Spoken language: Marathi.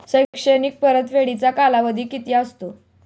शैक्षणिक परतफेडीचा कालावधी किती असतो?